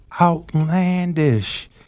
outlandish